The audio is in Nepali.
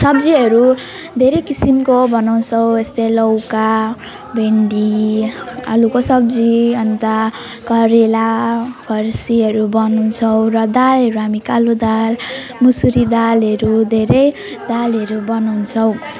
सब्जीहरू धेरै किसिमको बनाउँछौँ यस्तै लौका भिन्डी आलुको सब्जी अन्त करेला फर्सीहरू बनाउँछौँ र दालहरू हामी कालो दाल मुसुरी दालहरू धेरै दालहरू बनाउँछौँ